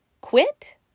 quit